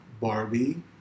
Barbie